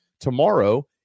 tomorrow